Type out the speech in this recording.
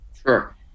Sure